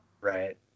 Right